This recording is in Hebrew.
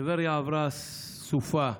טבריה עברה סופה,